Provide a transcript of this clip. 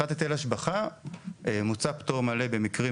מבחינת היטל השבח - מוצע פטור מלא במקרים